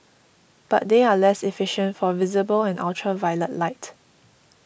but they are less efficient for visible and ultraviolet light